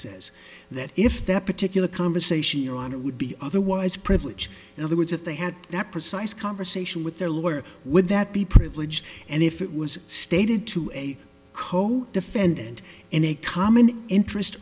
says that if that particular conversation you're on it would be otherwise privilege in other words if they had that precise conversation with their lawyer would that be privileged and if it was stated to a codefendant in a common interest